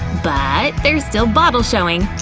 but there's still bottle showing.